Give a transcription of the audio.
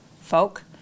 folk